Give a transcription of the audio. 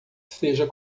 seja